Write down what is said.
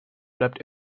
bleibt